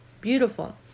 Beautiful